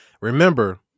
remember